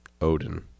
odin